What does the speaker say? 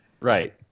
Right